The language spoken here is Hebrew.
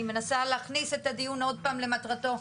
אני מנסה להכניס את הדיון עוד פעם למטרתו.